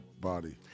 body